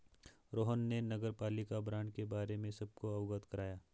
रोहन ने नगरपालिका बॉण्ड के बारे में सबको अवगत कराया